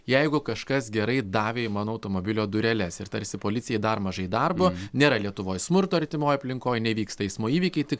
jeigu kažkas gerai davė į mano automobilio dureles ir tarsi policijai dar mažai darbo nėra lietuvoj smurto artimoj aplinkoj nevyksta eismo įvykiai tik